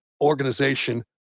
organization